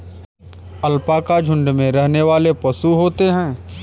alpaca झुण्ड में रहने वाले पशु होते है